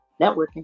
networking